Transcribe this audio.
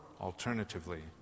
alternatively